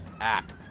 app